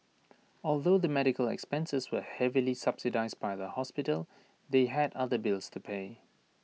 although the medical expenses were heavily subsidised by the hospital they had other bills to pay